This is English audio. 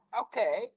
Okay